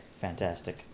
fantastic